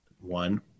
one